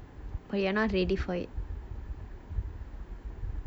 but you are not ready for it